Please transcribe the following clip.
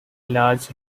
large